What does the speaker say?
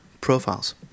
profiles